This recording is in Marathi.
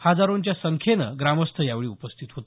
हजारोंच्या संख्येनं ग्रामस्थ यावेळी उपस्थित होते